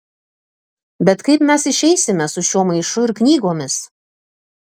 bet kaip mes išeisime su šiuo maišu ir knygomis